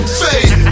fade